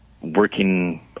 working